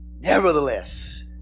Nevertheless